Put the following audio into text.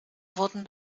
wurden